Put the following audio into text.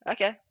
Okay